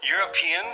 Europeans